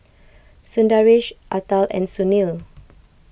Sundaresh Atal and Sunil